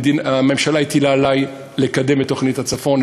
הממשלה הטילה עלי לקדם את תוכנית הצפון.